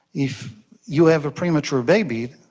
if you have a premature baby,